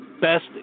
Best